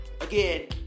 again